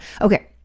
Okay